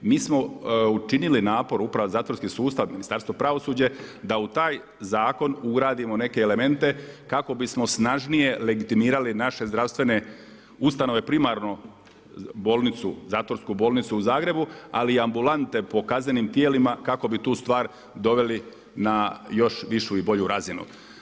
Mi smo učinili napor, … zatvorski sustav, Ministarstvo pravosuđa da u taj zakon ugradimo neke elemente kako bismo snažnije legitimirali naše zdravstvene ustanove primarno bolnicu, zatvorsku bolnicu u Zagrebu ali i ambulante po kaznenim tijelima kako bi tu stvar doveli na još višu i bolju razinu.